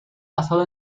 basado